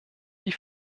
die